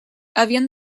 havien